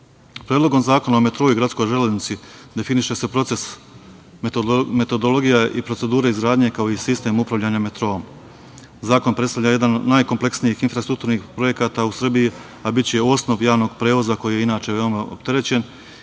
zgrada. Predlogom zakona o metrou i gradskoj železnici definiše se procese metodologija i procedure izgradnje, kao i sistem upravljanja metroom. Zakon predstavlja jedan od najkompleksnijih infrastrukturnih projekata u Srbiji, a biće osnov javnog prevoza koji je inače veoma opterećen